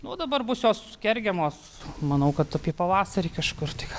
nu dabar bus jos kergiamos manau kad apie pavasarį kažkur tik